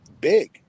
big